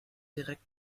direkt